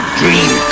dream